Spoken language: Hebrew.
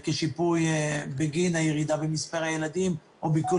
כשיפוי בגין הירידה במספר הילדים או במקום